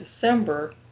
December